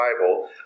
Bible